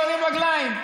גוררים רגליים.